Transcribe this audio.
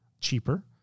cheaper